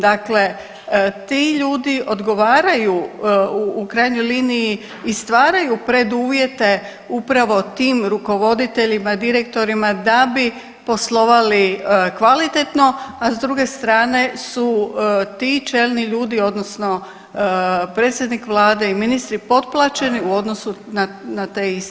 Dakle, ti ljudi odgovaraju u krajnjoj liniji i stvaraju preduvjete upravo tim rukovoditeljima, direktorima da bi poslovali kvalitetno, a s druge strane su ti čelni ljudi odnosno predsjednik vlade i ministri potplaćeni u odnosu na te iste ljude.